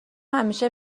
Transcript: همیشه